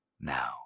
Now